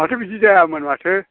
माथो बिदि जायामोन माथो